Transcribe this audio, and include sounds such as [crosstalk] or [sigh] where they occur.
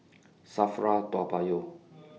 [noise] SAFRA Toa Payoh